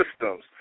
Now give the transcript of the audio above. systems